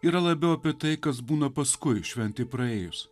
yra labiau apie tai kas būna paskui šventei praėjus